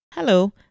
Hello